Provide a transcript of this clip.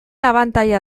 abantaila